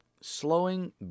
slowing